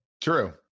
True